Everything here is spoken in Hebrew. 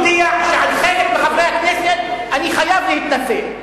אני מודיע שעל חלק מחברי הכנסת אני חייב להתנשא.